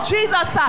Jesus